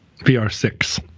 VR6